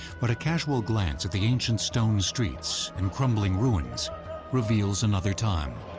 but a casual glance at the ancient stone streets and crumbling ruins reveals another time.